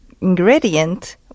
ingredient